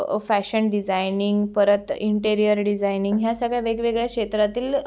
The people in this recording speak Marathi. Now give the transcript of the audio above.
फॅशन डिझाईनिंग परत इंटिरिअर डिझाईनिंग ह्या सगळ्या वेगवेगळ्या क्षेत्रातील